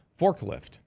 forklift